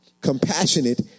compassionate